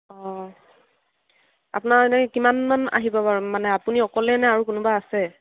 অঁ আপোনাৰ এনেই কিমানমান আহিব বাৰু মানে আপুনি অকলে নে আৰু কোনোবা আছে